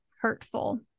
hurtful